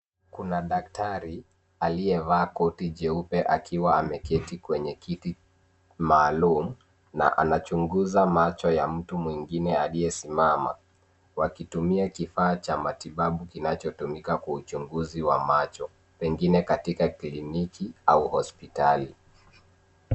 Kuna daktari aliyevaa koti jeupe akiwa ameketi kwenye kiti maalum na anachunguza macho ya mtu mwingine aliyesimama wakitumia kifaa cha matibabu kinachotumika kwa uchunguzi wa macho pengine katika kliniki au hospitali.